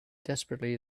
desperately